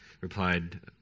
replied